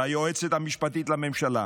ליועצת המשפטית לממשלה,